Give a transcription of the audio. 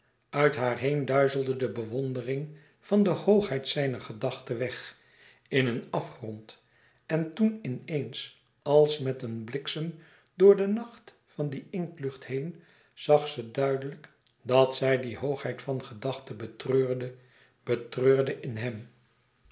ùit haar heen duizelde de bewondering van de hoogheid zijner gedachte weg in een afgrond en toen in eens als met een bliksem door den nacht van die inktlucht heen zag ze duidelijk dat zij die hoogheid van gedachte betreurde betreurde in hèm